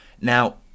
Now